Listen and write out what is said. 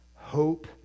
hope